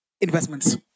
Investments